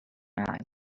islands